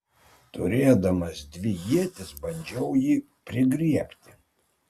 turėdamas dvi ietis bandžiau jį prigriebti